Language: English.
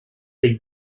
they